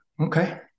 Okay